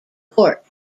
court